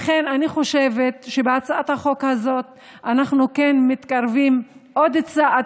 לכן אני חושבת שבהצעת החוק הזאת אנחנו כן מתקרבים עוד צעד